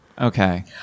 Okay